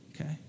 Okay